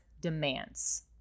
demands